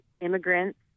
immigrants